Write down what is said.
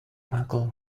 michael